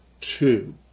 Two